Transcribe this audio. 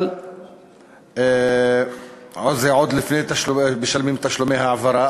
אבל זה עוד לפני שמשלמים תשלומי העברה.